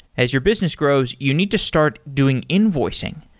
as your business grows, you need to start doing invoicing,